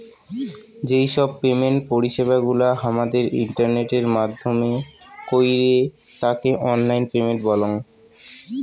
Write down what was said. যেই সব পেমেন্ট পরিষেবা গুলা হামাদের ইন্টারনেটের মাইধ্যমে কইরে তাকে অনলাইন পেমেন্ট বলঙ